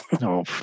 No